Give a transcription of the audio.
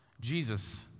Jesus